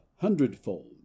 hundredfold